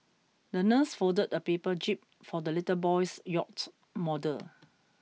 the nurse folded a paper jib for the little boy's yacht model